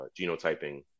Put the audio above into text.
genotyping